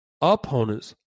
opponents